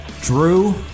Drew